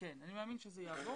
הם תמיד באים ביחד.